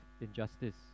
injustice